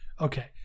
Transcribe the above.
Okay